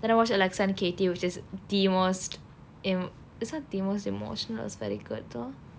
then I watched alex and katie which is the most em~ it's not the most emotionless very good though